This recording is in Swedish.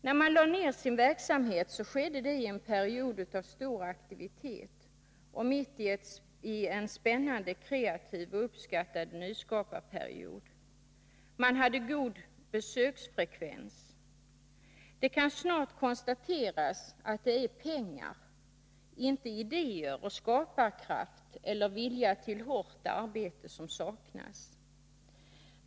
När man lade ner sin verksamhet skedde det i en period av stor aktivitet och mitt i en spännande kreativ och uppskattad nyskaparperiod. Man hade god besöksfrekvens. Det kan snart konstateras att det är pengar — inte idéer och skaparkraft eller vilja till hårt arbete — som saknas.